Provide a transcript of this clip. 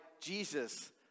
Jesus